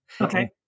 Okay